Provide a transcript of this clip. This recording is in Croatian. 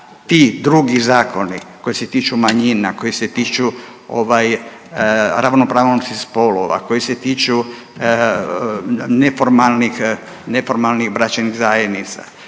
ti drugi zakoni koji se tiču manjina, koji se tiču ravnopravnosti spolova, koji se tiču neformalnih bračnih zajednica,